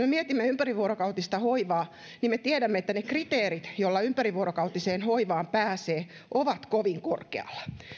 me mietimme ympärivuorokautista hoivaa niin me tiedämme että ne kriteerit joilla ympärivuorokautiseen hoivaan pääsee ovat kovin korkealla